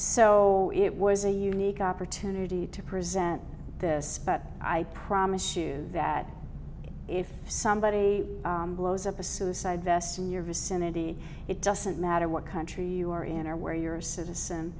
so it was a unique opportunity to present this but i promise you that if somebody blows up a suicide vest in your vicinity it doesn't matter what country you are in or where you're a citizen